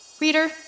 Reader